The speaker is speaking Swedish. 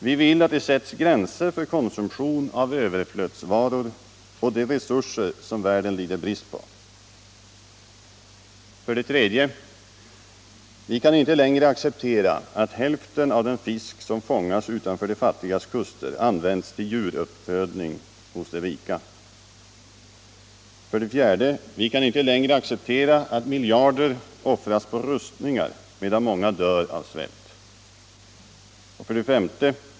Vi vill att det sätts gränser för konsumtion av överflödsvaror och de resurser som världen lider brist på. 3. Vi kan inte längre acceptera att hälften av den fisk som fångas Allmänpolitisk debatt Allmänpolitisk debatt utanför de fattigas kuster används till djuruppfödning hos de rika. 4. Vi kan inte längre acceptera att miljarder offras på rustningar medan många dör av svält. 5.